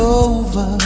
over